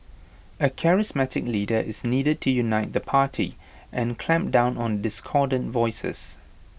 A charismatic leader is needed to unite the party and clamp down on discordant voices